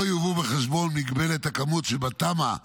לא יובאו בחשבון מגבלת הכמות שבתמ"א